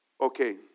Okay